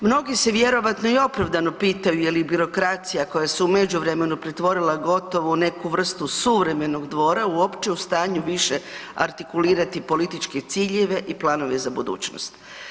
Mnogi se vjerojatno i opravdano pitaju je li birokracija koja se u međuvremenu pretvorila gotovo u neku vrstu suvremenog dvora, uopće u stanju više artikulirati političke ciljeve i planove za budućnost.